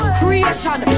creation